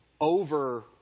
over